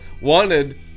wanted